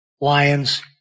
lions